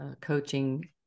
coaching